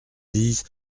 dix